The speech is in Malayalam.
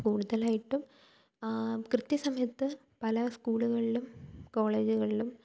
കൂടുതലായിട്ടും കൃത്യസമയത്ത് പല സ്കൂളുകളിലും കോളേജുകളിലും